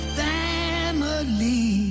family